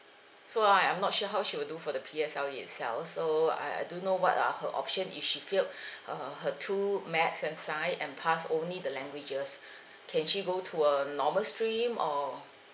so I am not sure how she would do for the P_S_L_E itself so I I don't know what are her option if she failed uh her two maths and science and pass only the languages can she go to a normal stream or